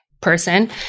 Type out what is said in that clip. Person